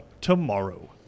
tomorrow